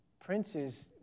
princes